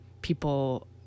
people